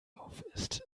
aufisst